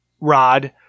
rod